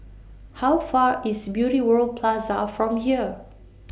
How Far IS Beauty World Plaza from here